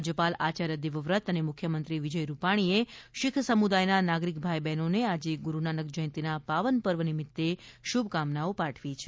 રાજ્યપાલ આચાર્ય દેવવ્રતે અને મુખ્યમંત્રી શ્રી વિજય રૂપાણીએ શીખ સમુદાયના નાગરિક ભાઇ બહેનોને આજે ગુરૂનાનક જ્યંતિના પાવન પર્વ નિમિત્તે શુભકામનાઓ પાઠવી છે